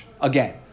again